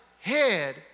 head